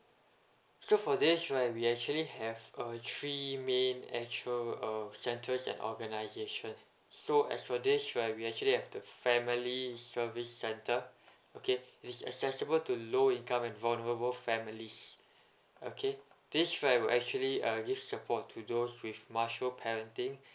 so for this right we actually have uh three main actual uh centres and organisation so as for this right we actually have the family service centre okay it's accessible to low income and vulnerable families okay this right will actually uh give support to those with martial parenting